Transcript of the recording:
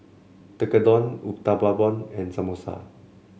Tekkadon Uthapam and Samosa